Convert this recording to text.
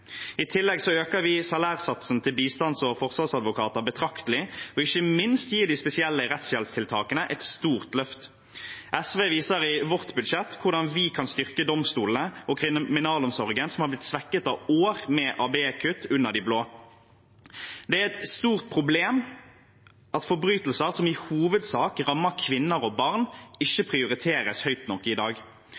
I tillegg øker vi salærsatsen til bistands- og forsvarsadvokater betraktelig, og ikke minst gir vi de spesielle rettshjelptiltakene et stort løft. Vi i SV viser i vårt budsjett hvordan vi kan styrke domstolene og kriminalomsorgen, som har blitt svekket av år med ABE-kutt under de blå. Det er et stort problem at forbrytelser som i hovedsak rammer kvinner og barn, ikke prioriteres høyt nok i dag.